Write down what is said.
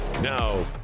Now